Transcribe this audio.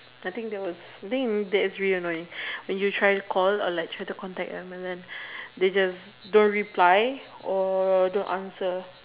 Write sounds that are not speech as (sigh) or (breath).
I think that was I think that's really annoying (breath) when you try call or like try to contact them and then they just don't reply or don't answer